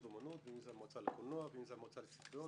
ואומנות ואם זה המועצה לקולנוע ואם זה המועצה למוזיאונים.